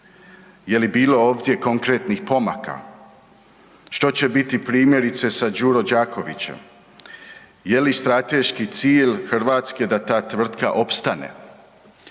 Je li bilo ovdje konkretnih pomaka? Što će biti, primjerice, sa Đuro Đakovićem? Je li strateški cilj Hrvatske da ta tvrtka opstane?